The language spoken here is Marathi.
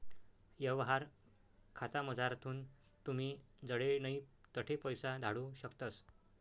यवहार खातामझारथून तुमी जडे नै तठे पैसा धाडू शकतस